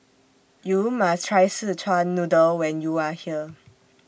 YOU must Try Szechuan Noodle when YOU Are here